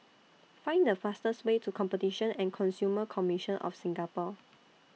Find The fastest Way to Competition and Consumer Commission of Singapore